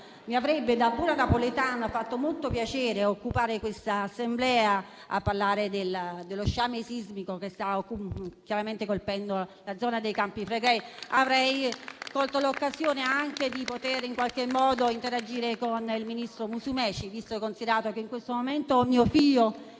mi avrebbe fatto molto piacere occupare questa Assemblea per parlare dello sciame sismico che sta colpendo la zona dei Campi Flegrei. Avrei colto l'occasione anche di poter in qualche modo interagire con il ministro Musumeci, visto e considerato che in questo momento mio figlio